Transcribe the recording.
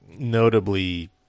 Notably